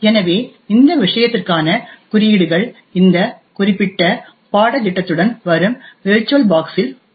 எனவே இந்த விஷயத்திற்கான குறியீடுகள் இந்த குறிப்பிட்ட பாடத்திட்டத்துடன் வரும் விர்ச்சுவல் பாக்ஸ் இல் கிடைக்கின்றன